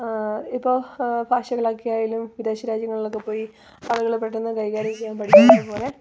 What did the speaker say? ഇപ്പോൾ ഭാഷകളാക്കിയായാലും വിദേശ രാജ്യങ്ങളിലൊക്കെ പോയി ആളുകള് പെട്ടെന്ന് കൈകാര്യം ചെയ്യാൻ പഠിക്കുന്നതുപോലെ